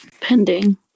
pending